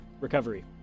recovery